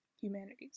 humanities